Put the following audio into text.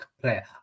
player